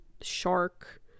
shark